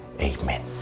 Amen